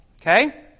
Okay